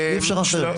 אי אפשר אחרת.